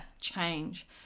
change